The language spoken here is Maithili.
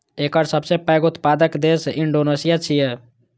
एकर सबसं पैघ उत्पादक देश इंडोनेशिया छियै